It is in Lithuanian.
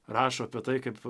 rašo apie tai kaip